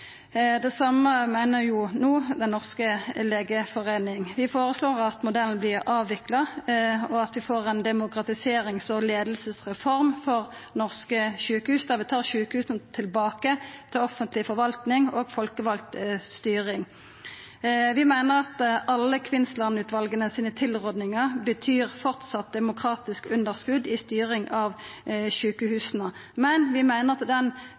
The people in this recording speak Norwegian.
Det same meiner no Den norske legeforening. Vi føreslår at modellen vert avvikla, og at vi får ei demokratiserings- og leiingsreform for norske sjukehus der vi tar sjukehusa tilbake til offentleg forvaltning og folkevald styring. Vi meiner at alle tilrådingane frå Kvinnsland-utvalet betyr demokratisk underskot i styring av sjukehusa også i framtida, men vi meiner at